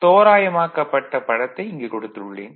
தோராயமாக்கப்பட்ட படத்தை இங்கு கொடுத்துள்ளேன்